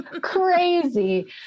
Crazy